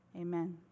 Amen